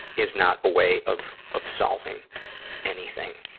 is not a way of, of solving anything.